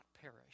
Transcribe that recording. perish